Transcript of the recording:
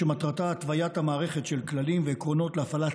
שמטרתה היא התוויית מערכת של כללים ועקרונות להפעלת